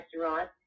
restaurant